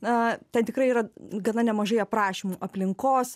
na ten tikrai yra gana nemažai aprašymų aplinkos